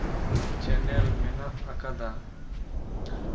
channel ᱢᱮᱱᱟᱜ ᱟᱠᱟᱫᱟ